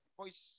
voice